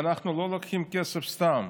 ואנחנו לא לוקחים כסף סתם.